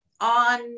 on